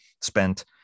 spent